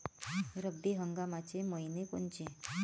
रब्बी हंगामाचे मइने कोनचे?